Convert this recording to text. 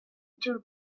two